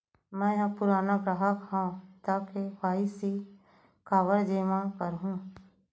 मैं ह पुराना ग्राहक हव त के.वाई.सी काबर जेमा करहुं?